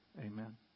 amen